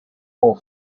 for